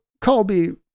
Colby